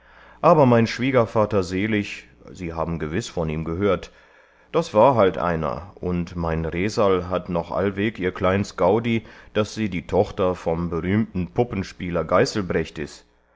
aber mein schwiegervater selig sie haben gewiß von ihm gehört das war halt einer und mein reserl hat noch allweg ihr kleins gaudi daß sie die tochter vom berühmten puppenspieler geißelbrecht ist